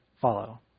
follow